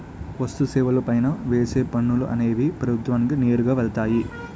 వస్తు సేవల పైన వేసే పనులు అనేవి ప్రభుత్వానికి నేరుగా వెళ్తాయి